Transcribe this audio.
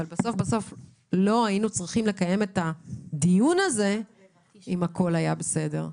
אבל לא היינו צריכים לקיים את הדיון הזה אם הכול היה בסדר.